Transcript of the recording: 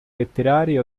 letterari